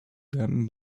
them